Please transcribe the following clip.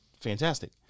fantastic